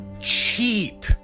cheap